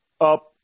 up